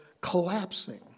collapsing